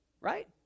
right